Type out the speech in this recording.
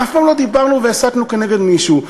אף פעם לא דיברנו והסתנו כנגד מישהו.